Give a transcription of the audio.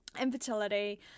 infertility